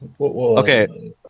Okay